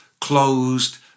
closed